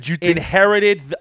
Inherited